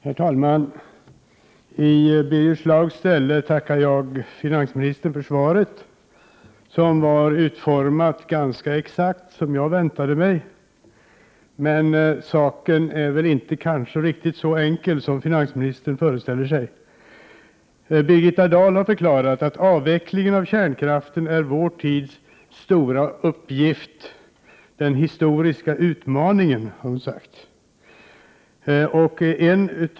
Herr talman! I Birger Schlaugs ställe tackar jag finansministern för svaret. Det var utformat nästan exakt som jag hade väntat mig. Men saken är kanske inte så enkel som finansministern föreställer sig. Birgitta Dahl har förklarat att avvecklingen av kärnkraften är ”vår tids stora uppgift, den historiska utmaningen”.